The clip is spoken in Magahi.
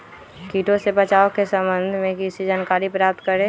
किटो से बचाव के सम्वन्ध में किसी जानकारी प्राप्त करें?